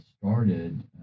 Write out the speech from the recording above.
started